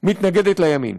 מתנגדת לימין,